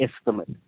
estimate